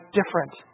different